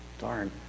darn